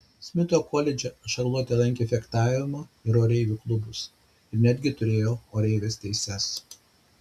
smito koledže šarlotė lankė fechtavimo ir oreivių klubus ir netgi turėjo oreivės teises